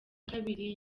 kabiri